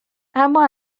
اما